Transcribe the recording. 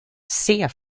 sehr